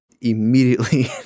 immediately